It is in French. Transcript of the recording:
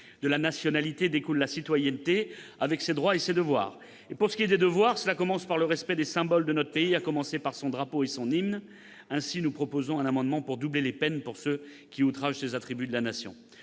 De la nationalité découle la citoyenneté, avec ses droits et ses devoirs. Pour ce qui est des devoirs, cela commence par le respect des symboles de notre pays, en particulier son drapeau et son hymne. Nous présenterons ainsi un amendement visant à doubler les peines sanctionnant ceux qui outragent ces attributs de la nation.